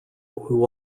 who